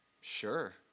Sure